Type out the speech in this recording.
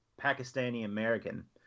pakistani-american